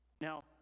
Now